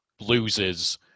loses